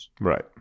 Right